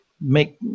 Make